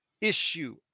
issue